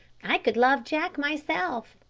i could love jack myself.